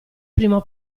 primo